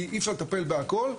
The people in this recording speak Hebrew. כי אי אפשר לטפל בהכל.